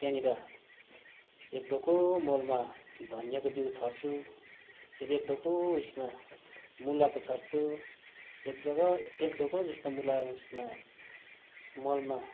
त्यहाँनिर एक डोको मलमा धनियाको बिउ छर्छु फेरि एक डोको उयसमा मुलाको छर्छु एक डोको एक डोको जस्तो मुलाको उसमा मलमा